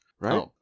Right